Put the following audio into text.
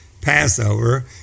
Passover